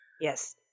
Yes